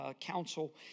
council